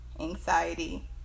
anxiety